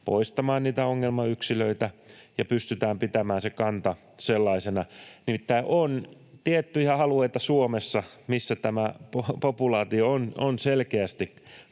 poistamaan niitä ongelmayksilöitä ja pystytään pitämään se kanta sellaisena. Nimittäin on tiettyjä alueita Suomessa, missä tämä populaatio on selkeästi